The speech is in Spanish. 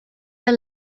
las